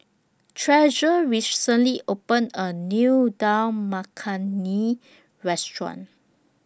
Treasure recently opened A New Dal Makhani Restaurant